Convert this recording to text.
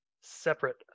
separate